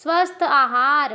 स्वस्थ आहार